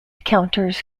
counters